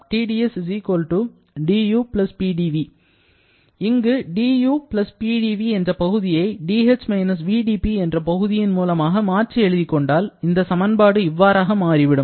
TdS du Pdv இங்கு du Pdv என்ற பகுதியை dh - vdP என்ற பகுதியின் மூலமாக மாற்றி எழுதிக் கொண்டால் இந்த சமன்பாடு இவ்வாறாக மாறிவிடும்